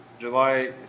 July